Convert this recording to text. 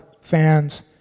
fans